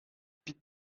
pete